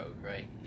right